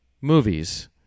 movies